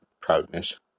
proudness